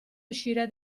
uscire